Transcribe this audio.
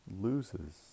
loses